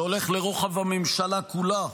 שהולך לרוחב הממשלה כולה.